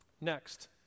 Next